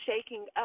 shaking